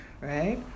right